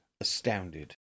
astounded